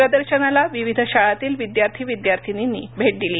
प्रदर्शनाला विविध शाळांतील विद्यार्थी विद्यार्थीनींनी भेट दिली